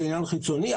זה עניין חיצוני,